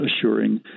assuring